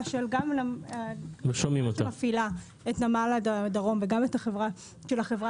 של החברה שמפעילה את נמל הדרום וגם של החברה